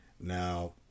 Now